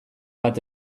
bat